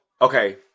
okay